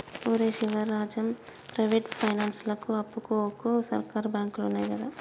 ఒరే శివరాజం, ప్రైవేటు పైనాన్సులకు అప్పుకు వోకు, సర్కారు బాంకులున్నయ్ గదా